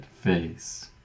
face